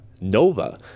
nova